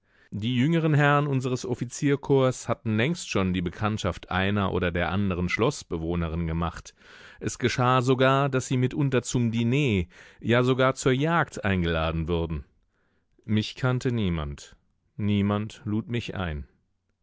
die jüngeren herrn unseres offizierkorps hatten längst schon die bekanntschaft einer oder der anderen schloßbewohnerin gemacht es geschah sogar daß sie mitunter zum diner ja sogar zur jagd eingeladen wurden mich kannte niemand niemand lud mich ein